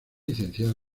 licenciada